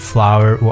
Flower